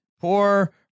Poor